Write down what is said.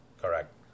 correct